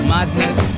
Madness